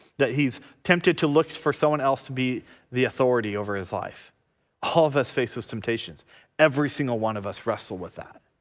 that he's tempted to look for someone else to be the authority over his life all of us face those temptations every single one of us wrestle with that.